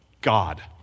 God